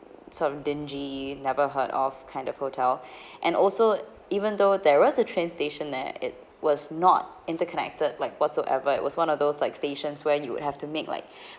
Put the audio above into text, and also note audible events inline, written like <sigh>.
sort of dingy never heard of kind of hotel <breath> and also even though there is a train station there it was not interconnected like whatsoever it was one of those like stations where you have to make like <breath>